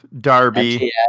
Darby